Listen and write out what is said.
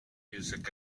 music